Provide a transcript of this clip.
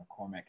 McCormick